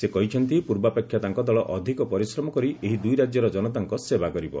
ସେ କହିଛନ୍ତି ପୂର୍ବାପେକ୍ଷା ତାଙ୍କ ଦଳ ଅଧିକ ପରିଶ୍ରମ କରି ଏହି ଦୁଇ ରାଜ୍ୟର ଜନତାଙ୍କ ସେବା କରିବ